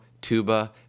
tuba